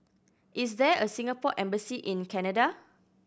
is there a Singapore Embassy in Canada